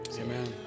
Amen